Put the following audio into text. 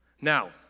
Now